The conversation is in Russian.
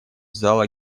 зала